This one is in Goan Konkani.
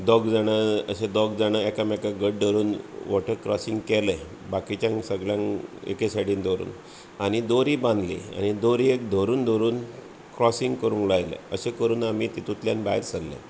दोग जाणां अशे दोग जाणा एकामेकांक घट्ट धरून वॉटर क्रोसींग केलें बाकिच्यांक सगळ्यांक एके सायडीन दवरून आनी दोरी बांदली आनी दोरयेक धरून धरून क्रोसींग करूंक लायलें अशें करून आमी तेतुंतल्यान भायर सरले